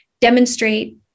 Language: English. demonstrate